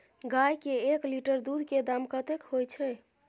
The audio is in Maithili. गाय के एक लीटर दूध के दाम कतेक होय छै?